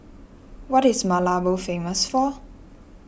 what is Malabo famous for